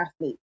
athlete